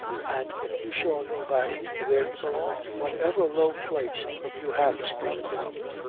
and you shall go back to where you belong, whatever low place you have sprung from,